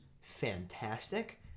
Fantastic